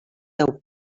deu